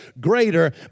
greater